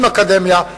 עם אקדמיה,